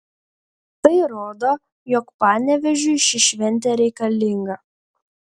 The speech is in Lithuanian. tai rodo jog panevėžiui ši šventė reikalinga